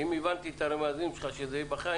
אם הבנתי את הרמזים שלך שזה ייבחן,